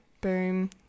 boom